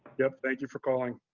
yeah thank you for calling.